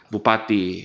Bupati